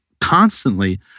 constantly